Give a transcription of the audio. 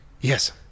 Yes